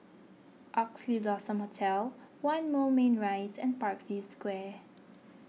Oxley Blossom Hotel one Moulmein Rise and Parkview Square